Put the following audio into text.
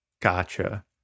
Gotcha